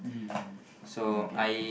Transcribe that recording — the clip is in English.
mm okay